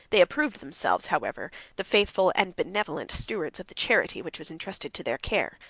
they approved themselves, however, the faithful and benevolent stewards of the charity, which was entrusted to their care.